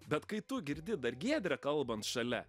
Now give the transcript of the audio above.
bet kai tu girdi dar giedrę kalbant šalia